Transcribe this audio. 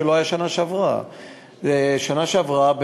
שלא היה בשנה שעברה בשנה שעברה,